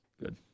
good